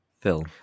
phil